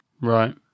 Right